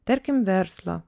tarkim verslo